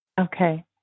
okay